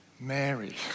Mary